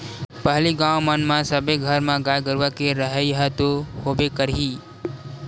पहिली गाँव मन म सब्बे घर म गाय गरुवा के रहइ ह तो होबे करही